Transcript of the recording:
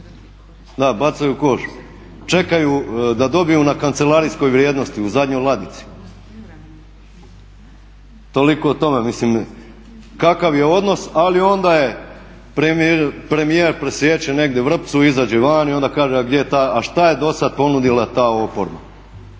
Da, bacaju u koš. Čekaju da dobiju na kancelarijskoj vrijednosti u zadnjoj ladici. Toliko o tome kakav je odnos. Ali onda premijer presječe negdje vrpcu i izađe van i onda kaže a šta je dosad ponudila ta oporba.